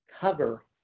cover